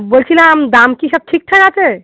বলছিলাম দাম কি সব ঠিকঠাক আছে